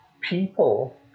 people